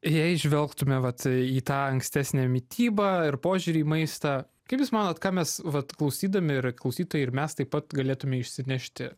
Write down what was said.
jei žvelgtume vat į tą ankstesnę mitybą ir požiūrį į maistą kaip jūs manot ką mes vat klausydami ir klausytojai ir mes taip pat galėtume išsinešti